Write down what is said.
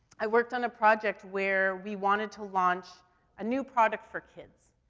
i worked on a project where we wanted to launch a new product for kids.